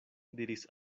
diris